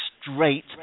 straight